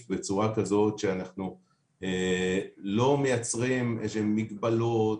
בצורה כזאת שאנחנו לא מייצרים איזשהן מגבלות,